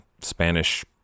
Spanish